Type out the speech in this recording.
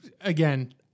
again